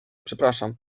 przepraszam